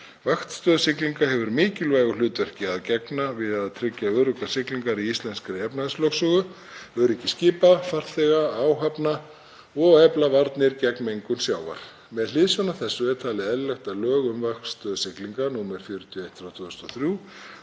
Vaktstöð siglinga hefur mikilvægu hlutverki að gegna við að tryggja öruggar siglingar í íslenskri efnahagslögsögu, öryggi skipa, farþega og áhafna og efla varnir gegn mengun sjávar. Með hliðsjón af þessu er talið eðlilegt að lög um vaktstöð siglinga, nr. 41/2003,